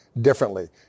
differently